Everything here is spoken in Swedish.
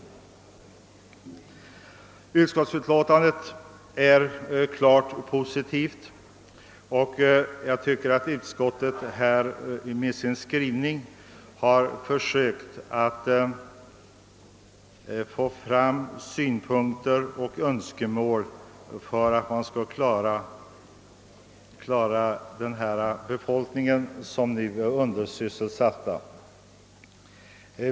Utskottsutlåtandet är klart positivt, och jag tycker att utskottet med sin skrivning har visat sin goda vilja att föra fram synpunkter och önskemål för att lösa problemen för den befolkning som nu är undersysselsatt.